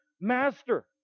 Master